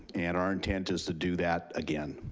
and our intent is to do that again.